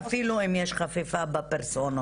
אפילו אם יש חפיפה בפרסונות.